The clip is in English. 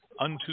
unto